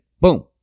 Boom